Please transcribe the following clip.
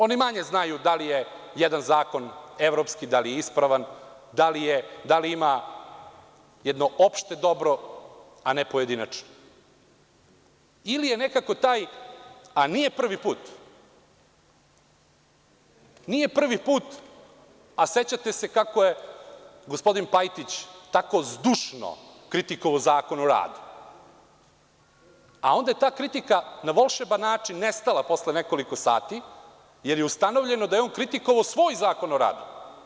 Oni manje znaju da li je jedan zakon evropski, da li je ispravan, da li ima jedno opšte dobro, a ne pojedinačno ili je nekako taj, a nije prvi put, nije prvi put, a sećate se kako je gospodin Pajtić tako zdušno kritikovaoZakon o radu, a onda je ta kritika na volšeban način nestala posle nekoliko sati, jer je ustanovljeno da je on kritikovao svoj Zakon o radu.